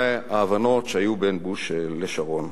להבנות שהיו בין בוש לשרון.